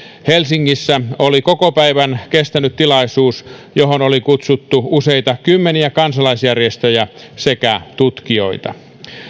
helsingissä oli koko päivän kestänyt tilaisuus johon oli kutsuttu useita kymmeniä kansalaisjärjestöjä sekä tutkijoita